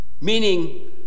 Meaning